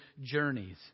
journeys